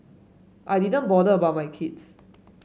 I didn't bother about my kids